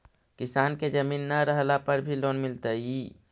किसान के जमीन न रहला पर भी लोन मिलतइ?